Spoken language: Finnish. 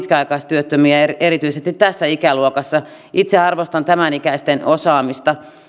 pitkäaikaistyöttömiä erityisesti tässä ikäluokassa itse arvostan tämänikäisten osaamista